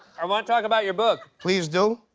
i want to talk about your book. please do.